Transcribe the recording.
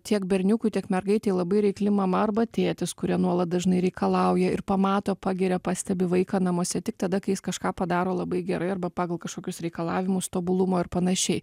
tiek berniukui tiek mergaitei labai reikli mama arba tėtis kurie nuolat dažnai reikalauja ir pamato pagiria pastebi vaiką namuose tik tada kai jis kažką padaro labai gerai arba pagal kažkokius reikalavimus tobulumo ir panašiai